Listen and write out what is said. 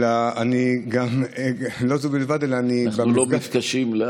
אלא גם אולי אפילו זו הייתה שאילתה שלי.